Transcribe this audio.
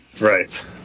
Right